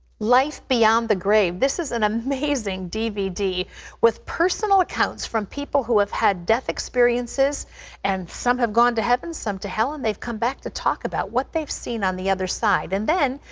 life beyond the grave. this is an amazing dvd with personal accounts from people who have had death experiences and some have gone to heaven, some to hell, and they've come back to talk about what they've seen on the other side. and then,